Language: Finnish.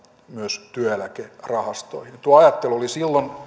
myös työeläkerahastoihin tuo ajattelu oli silloin